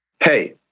Hey